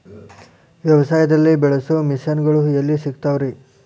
ವ್ಯವಸಾಯದಲ್ಲಿ ಬಳಸೋ ಮಿಷನ್ ಗಳು ಎಲ್ಲಿ ಸಿಗ್ತಾವ್ ರೇ?